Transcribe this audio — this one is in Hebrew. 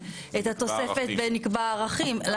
את התוספת ונקבע ערכים.